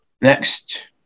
next